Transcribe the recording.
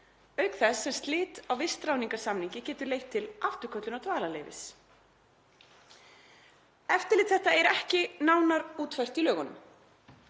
auk þess sem slit á vistráðningarsamningi getur leitt til afturköllun dvalarleyfis. Eftirlit þetta er ekki nánar útfært í lögunum.